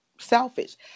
selfish